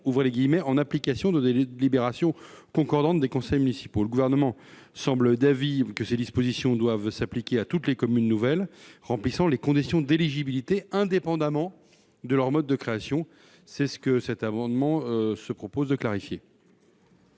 de leur création « en application de délibérations concordantes des conseils municipaux ». Le Gouvernement semble d'avis que ces dispositions doivent s'appliquer à toutes les communes nouvelles remplissant les conditions d'éligibilité, indépendamment de leur mode de création. L'adoption de cet amendement clarifierait